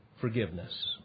forgiveness